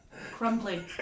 Crumbly